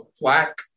black